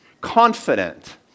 confident